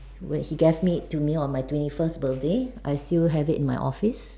where he gave it to me on my twenty first birthday I still have it in my office